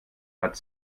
hat